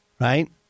Right